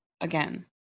again